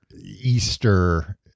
Easter